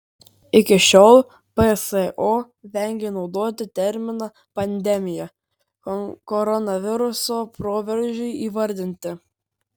iki šiol pso vengė naudoti terminą pandemija koronaviruso proveržiui įvardinti